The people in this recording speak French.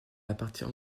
appartient